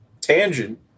tangent